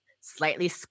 slightly